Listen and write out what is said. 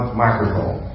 microphone